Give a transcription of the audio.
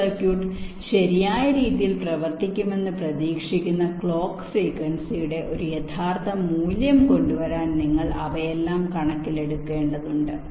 ഈ സർക്യൂട്ട് ശരിയായ രീതിയിൽ പ്രവർത്തിക്കുമെന്ന് പ്രതീക്ഷിക്കുന്ന ക്ലോക്ക് ഫ്രീക്വൻസിയുടെ ഒരു യഥാർത്ഥ മൂല്യം കൊണ്ടുവരാൻ നിങ്ങൾ അവയെല്ലാം കണക്കിലെടുക്കേണ്ടതുണ്ട്